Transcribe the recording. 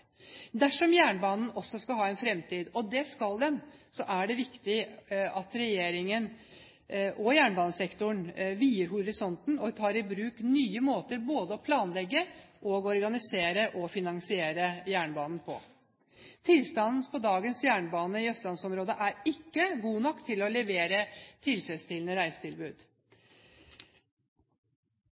Dersom jernbanen også skal ha en fremtid – og det skal den – er det viktig at regjeringen og jernbanesektoren utvider horisonten og tar i bruk nye måter både å planlegge, organisere og finansiere jernbanen på. Tilstanden på dagens jernbane i østlandsområdet er ikke god nok til å levere et tilfredsstillende reisetilbud.